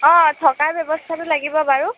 অঁ থকাৰ ব্যৱস্থাটো লাগিব বাৰু